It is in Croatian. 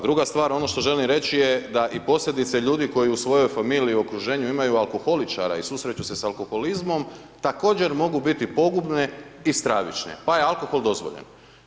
Druga stvar, ono što želim reći je da i posljedice ljudi koji u svojoj familiji i okruženju imaju alkoholičara i susreću se sa alkoholizmom, također mogu biti pogubne i stravične, pa je alkohol dozvoljen.